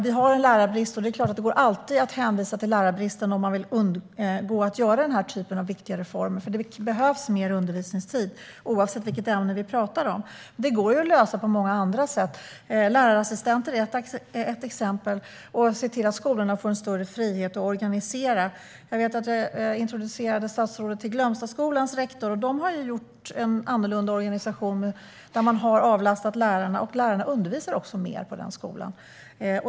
Vi har lärarbrist, och det är klart att det alltid går att hänvisa till den om man vill undvika att göra viktiga reformer. Det behövs mer undervisningstid, oavsett vilket ämne vi talar om. Detta går att lösa på många andra sätt. Ett exempel är lärarassistenter, och ett annat är att se till att skolorna får större frihet att organisera. Jag introducerade Glömstaskolans rektor för statsrådet. Den skolan har en annorlunda organisation där lärarna avlastas, och då undervisar de också mer.